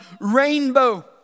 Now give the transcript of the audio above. rainbow